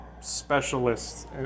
specialists